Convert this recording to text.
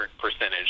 percentage